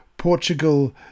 Portugal